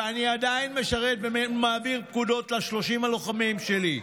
ואני עדיין משרת ומעביר פקודות ל-30 הלוחמים שלי.